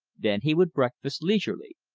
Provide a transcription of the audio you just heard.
then he would breakfast leisurely.